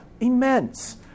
immense